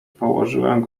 położyłem